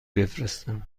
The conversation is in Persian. بفرستم